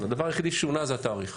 הדבר היחידי ששונה זה התאריך.